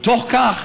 בתוך כך,